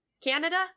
Canada